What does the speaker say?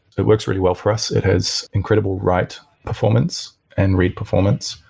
it works really well for us. it has incredible write performance and read performance.